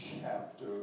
chapter